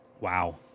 Wow